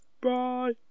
Bye